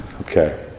Okay